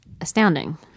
astounding